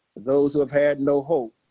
those who have had no hope.